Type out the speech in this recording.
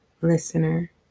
listener